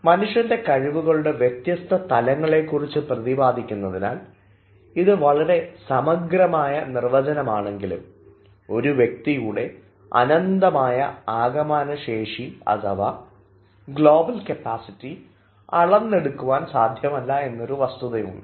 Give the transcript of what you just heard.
മനുഷ്യൻറെ കഴിവുകളുടെ വ്യത്യസ്ത തലങ്ങളെ കുറിച്ച് പ്രതിപാദിക്കുന്നതിനാൽ ഇത് വളരെ സമഗ്രമായ നിർവചനമാണെങ്കിലും ഒരു വ്യക്തിയുടെ അനന്തമായ ആകമാന ശേഷി അഥവാ ഗ്ലോബൽ കപ്പാസിറ്റി അളന്ന് എടുക്കുവാൻ സാധ്യമല്ല എന്ന ഒരു വസ്തുതയുണ്ട്